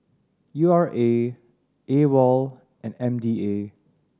U R A AWOL and M D A